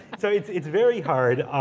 so it's it's very hard.